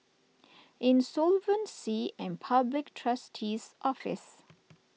Insolvency and Public Trustee's Office